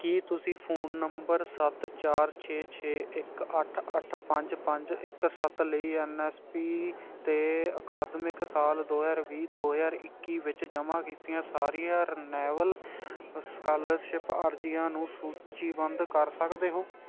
ਕੀ ਤੁਸੀਂ phone number ਸੱਤ ਚਾਰ ਛੇ ਛੇ ਇੱਕ ਅੱਠ ਅੱਠ ਪੰਜ ਪੰਜ ਇੱਕ ਸੱਤ ਲਈ ਐਨ ਐਸ ਪੀ 'ਤੇ ਅਕਾਦਮਿਕ ਸਾਲ ਦੋ ਹਜ਼ਾਰ ਵੀਹ ਦੋ ਹਜ਼ਾਰ ਇੱਕੀ ਵਿੱਚ ਜਮ੍ਹਾਂ ਕੀਤੀਆਂ ਸਾਰੀਆਂ ਰਿਨਿਵੇਲ ਸਕਾਲਰਸ਼ਿਪ ਅਰਜ਼ੀਆਂ ਨੂੰ ਸੂਚੀਬੱਧ ਕਰ ਸਕਦੇ ਹੋ